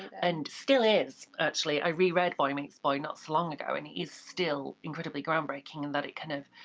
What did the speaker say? and still is, actually. i reread boy meets boy not so long ago, and it is still incredibly groundbreaking, in that it kind of